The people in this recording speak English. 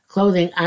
Clothing